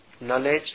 Knowledge